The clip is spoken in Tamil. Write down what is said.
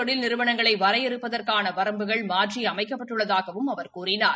தொழில் நிறுவனங்களை வறையறுப்பதற்கான வரம்புகள் சிறு குற மாற்றி அமைக்கப்பட்டுள்ளதாகவும் அவர் கூறினார்